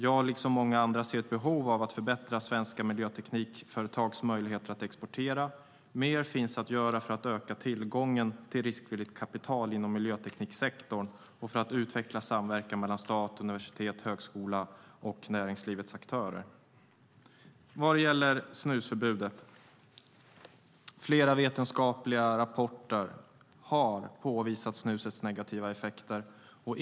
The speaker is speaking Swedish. Jag liksom många andra ser ett behov att förbättra svenska miljöteknikföretags möjligheter att exportera. Mer finns att göra för att öka tillgången till riskvilligt kapital inom miljötekniksektorn och för att utveckla samverkan mellan stat, universitet, högskola och näringslivets aktörer. Vad gäller snusförbudet har flera vetenskapliga rapporter påvisat snusets negativa effekter.